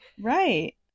Right